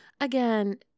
again